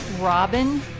Robin